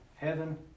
heaven